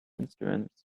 instruments